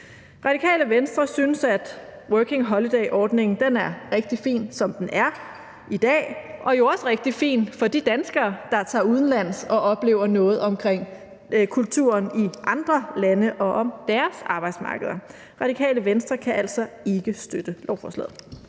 Radikale Venstre synes, at Working Holiday-ordningen er rigtig fin, som den er i dag, og den er jo også rigtig fin for de danskere, der tager udenlands og oplever noget af kulturen i andre lande og lærer om deres arbejdsmarkeder. Radikale Venstre kan altså ikke støtte lovforslaget.